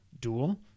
dual